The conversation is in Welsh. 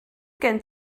gen